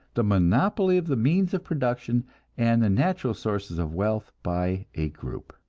the monopoly of the means of production and the natural sources of wealth by a group.